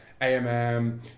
AMM